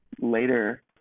later